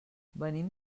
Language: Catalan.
venim